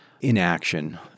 inaction